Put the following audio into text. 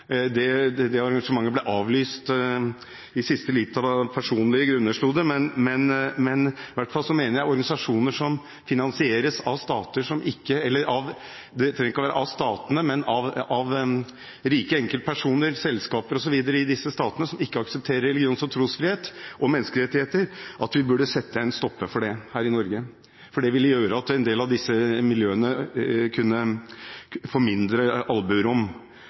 assosiasjon. Det arrangementet ble avlyst i siste liten – av personlige grunner, sto det. Jeg mener at vi her i Norge burde sette en stopper for organisasjoner som finansieres av rike enkeltpersoner eller selskaper i stater som ikke aksepterer religions- og trosfrihet og menneskerettigheter, for det ville gjøre at en del av disse miljøene fikk mindre alburom